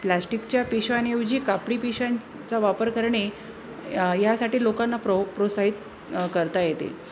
प्लाश्टिकच्या पिशाव्यांऐवजी कापडी पिशव्यांचा वापर करणे यासाठी लोकांना प्रो प्रोत्साहित करता येते